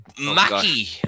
mackie